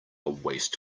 waste